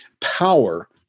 power